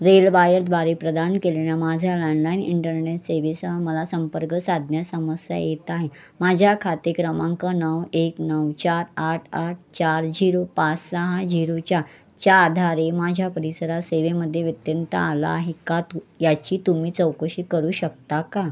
रेलवायरद्वारे प्रदान केलेल्या माझ्या लँडलाईन इंटरनेट सेवेसह मला संपर्क साधण्यास समस्या येत आहे माझ्या खाते क्रमांक नऊ एक नऊ चार आठ आठ चार झिरो पाच सहा झिरो चार च्या आधारे माझ्या परिसरास सेवेमध्ये व्यत्यय आला आहे का तु याची तुम्ही चौकशी करू शकता का